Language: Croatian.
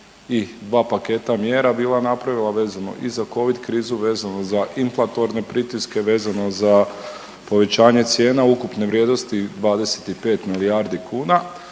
i dva paketa mjera bila napravila vezano i za covid krizu, vezano za inflatorne pritiske, vezano za povećanje cijena ukupne vrijednosti 25 milijardi kuna.